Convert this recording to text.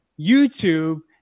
YouTube